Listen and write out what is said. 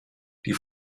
die